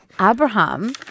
Abraham